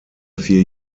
vier